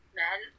men